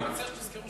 בבקשה, להצביע.